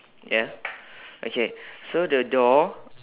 ya okay so the door